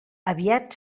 aviat